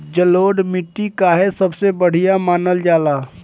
जलोड़ माटी काहे सबसे बढ़िया मानल जाला?